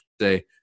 say